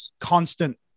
constant